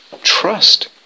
trust